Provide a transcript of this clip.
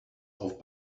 auf